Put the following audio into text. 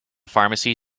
pharmacy